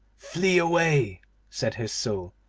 flee away said his soul,